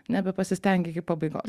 nebepasistengei iki pabaigos